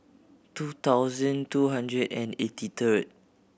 two thousand two hundred and eighty third